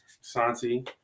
Santi